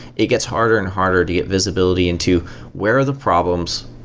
it gets harder and harder to get visibility into where are the problems,